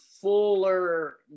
fuller